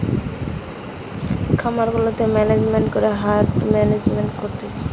খামার গুলাতে ম্যানেজমেন্ট করে হার্ড মেনেজ করতিছে